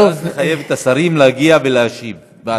רק לחייב את השרים להגיע ולהשיב.